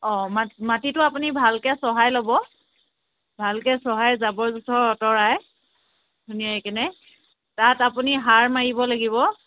অ মা মাটিতো আপুনি ভালকৈ চহাই ল'ব ভালকৈ চহাই জাবৰ জোথৰ আঁতৰাই ধুনীয়াকেনে তাত আপুনি সাৰ মাৰিব লাগিব